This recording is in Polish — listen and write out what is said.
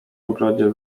ogrodzie